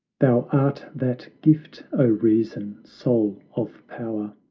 thou art that gift, o reason, soul of power,